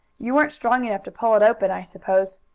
you weren't strong enough to pull it open, i suppose.